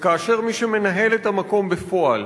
וכאשר מי שמנהל את המקום בפועל